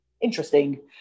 interesting